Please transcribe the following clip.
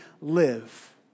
live